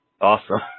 awesome